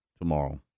tomorrow